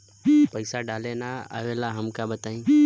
पईसा डाले ना आवेला हमका बताई?